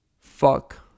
fuck